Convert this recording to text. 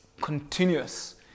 continuous